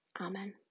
Amen